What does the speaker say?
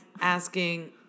asking